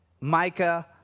Micah